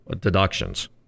deductions